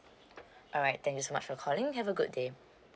alright thank you so much for calling have a good day